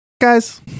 Guys